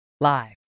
Live